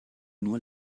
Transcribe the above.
nur